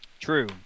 True